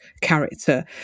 character